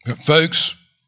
Folks